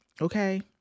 okay